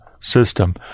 system